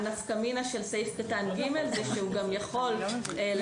הנפקא מינה של סעיף קטן (ג) זה שהוא גם יכול להסמיך